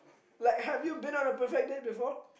like have you been on a perfect date before